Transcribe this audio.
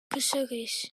cysurus